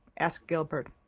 asked gilbert,